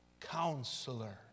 counselor